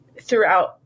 throughout